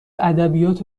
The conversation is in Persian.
ادبیات